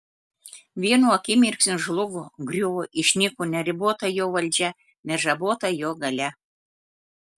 vienu akimirksniu žlugo griuvo išnyko neribota jo valdžia nežabota jo galia